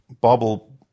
bubble